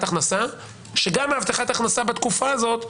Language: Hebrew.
הכנסה כשגם הבטחת ההכנסה בתקופה הזאת,